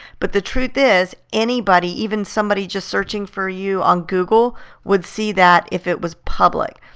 but the truth is, anybody even somebody just searching for you on google would see that if it was public.